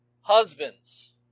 Husbands